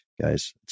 guys